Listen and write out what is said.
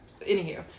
anywho